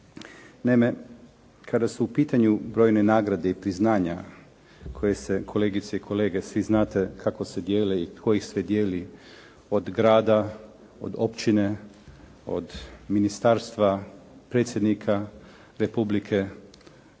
Naime, kada su u pitanju brojne nagrade i priznanja, koji kolegice i kolege znate kako se dijele i tko ih sve dijele, od grada, od općine, od ministarstva, predsjednika Republike,